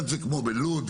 כמו בלוד,